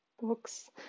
Books